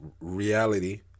reality